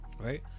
right